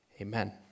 Amen